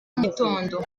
mugitondo